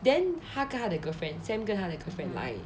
then 他跟他的 girlfriend sam 跟他的 girlfriend 来